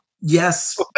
Yes